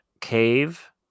cave